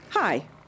Hi